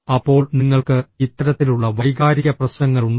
അപ്പോൾ നിങ്ങൾക്ക് ഇത്തരത്തിലുള്ള വൈകാരിക പ്രശ്നങ്ങളുണ്ടോ